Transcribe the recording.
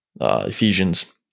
Ephesians